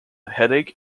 headache